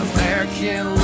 American